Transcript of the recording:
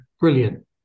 Brilliant